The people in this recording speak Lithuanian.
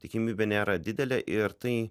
tikimybė nėra didelė ir tai